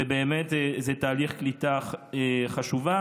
וזה באמת תהליך קליטה חשוב.